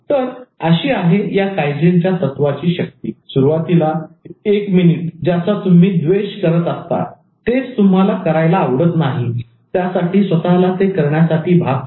तर अशी आहे या कायझेनच्या तत्वाची शक्ती सुरुवातीला एक मिनिट ज्याचा तुम्ही द्वेष करत असता तेच तुम्हाला करायला आवडत नाही त्यासाठी स्वतःला ते करण्यासाठी भाग पाडणे